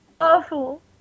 awful